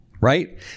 right